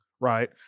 Right